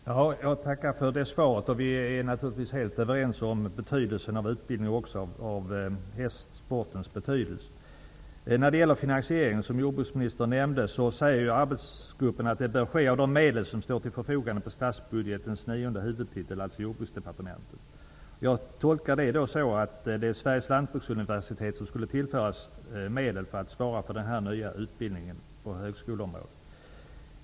Fru talman! Jag tackar för det svaret. Vi är naturligtvis helt överens om betydelsen av utbildningen och även om hästsportens betydelse. När det gäller finansieringen, som jordbruksministern nämnde, säger arbetsgruppen att den bör ske med de medel som står till förfogande under statsbudgetens nionde huvudtitel, alltså Jordbruksdepartementet. Jag tolkar det så att Sveriges lantbruksuniversitet skulle tillföras medel för att svara för den nya utbildningen på högskolenivån.